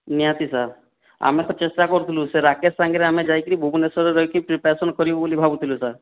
ନିହାତି ସାର୍ ଆମେ ତ ଚେଷ୍ଟା କରୁଥିଲୁ ସେ ରାକେଶ ସାଙ୍ଗରେ ଆମେ ଯାଇକରି ଭୁବନେଶ୍ୱରରେ ରହିକି ପ୍ରିପେୟାରେସନ କରିବୁ ବୋଲି ଭାବୁଥିଲୁ ସାର୍